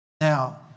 Now